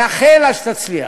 מאחל לה שתצליח.